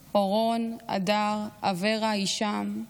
אורון, הדר, אברה, הישאם,